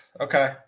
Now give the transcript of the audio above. Okay